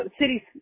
City